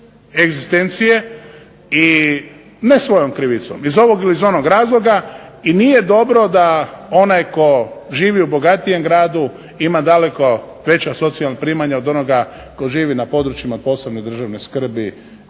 i ne svojom krivicom, iz ovog ili iz onog razloga i nije dobro da onaj tko živi u bogatijem gradu ima daleko veća socijalna primanja od onoga tko živi na područjima posebne državne skrbi